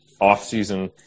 off-season